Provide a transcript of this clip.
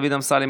דוד אמסלם,